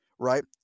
Right